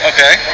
Okay